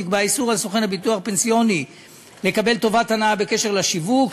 נקבע איסור על סוכן ביטוח פנסיוני לקבל טובת הנאה בקשר לשיווק,